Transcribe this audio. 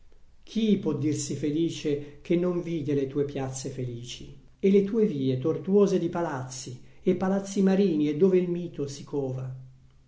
chi può dirsi felice che non vide le tue piazze felici e le tue vie tortuose di palazzi e palazzi marini e dove il mito si cova